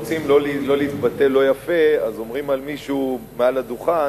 כשרוצים לא להתבטא לא יפה אז אומרים על מישהו מעל הדוכן,